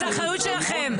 זו אחריות שלכם.